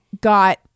got